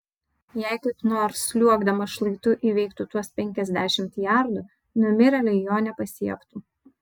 jei kaip nors sliuogdamas šlaitu įveiktų tuos penkiasdešimt jardų numirėliai jo nepasiektų